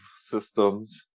systems